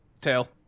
Tail